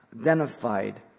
identified